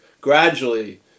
gradually